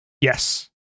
Yes